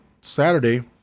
Saturday